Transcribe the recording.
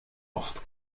oft